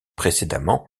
précédemment